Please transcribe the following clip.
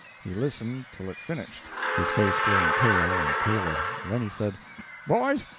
he listened till it finished, his face growing pale and paler then he said boys,